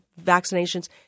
vaccinations